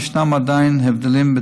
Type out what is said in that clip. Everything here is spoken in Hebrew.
ישם עדיין הבדלים של